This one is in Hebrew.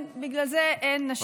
בגלל זה אין נשים בקבינט הקורונה.